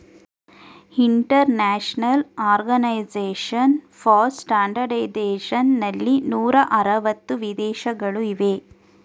international Organization for Standardization ನಲ್ಲಿ ನೂರ ಅರವತ್ತು ವಿದೇಶಗಳು ಇವೆ